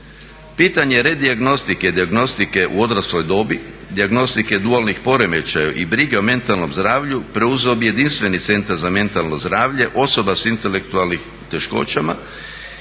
redijagnostike, dijagnostike u odrasloj dobi, dijagnostike dualnih poremećaja i brige o mentalnom zdravlju preuzeo bi jedinstveni centar za mentalno zdravlje osoba s intelektualnim teškoćama,